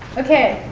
ok,